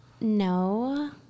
No